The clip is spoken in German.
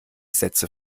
sätze